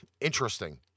interesting